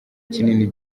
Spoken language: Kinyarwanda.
kinini